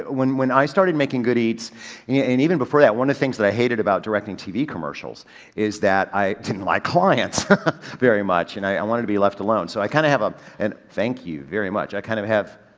when when i started making good eats yeah and even before that one of the things that i hated about directing tv commercials is that i didn't like clients very much and i i wanted to be left alone. so i kind of have a, an. thank you very much. i kind of have.